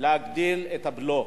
להגדיל את הבלו,